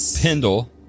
Pendle